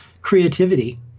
creativity